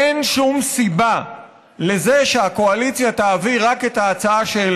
אין שום סיבה שהקואליציה תעביר רק את ההצעה של